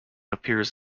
appears